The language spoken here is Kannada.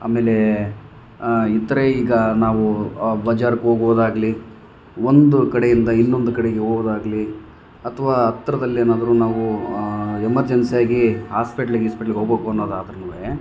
ಆಮೇಲೇ ಇತರೆ ಈಗ ನಾವು ಬಜಾರ್ಗೋಗೋದಾಗ್ಲಿ ಒಂದು ಕಡೆಯಿಂದ ಇನ್ನೊಂದು ಕಡೆಗೆ ಹೋಗೋದಾಗ್ಲಿ ಅಥವಾ ಹತ್ರದಲ್ಲೇನಾದ್ರು ನಾವು ಎಮರ್ಜೆನ್ಸಿಯಾಗಿ ಆಸ್ಪಿಟ್ಲಿಗೀಸ್ಪಿಟ್ಲಿಗೆ ಹೋಗ್ಬಕು ಅನ್ನೋದಾದ್ರುನು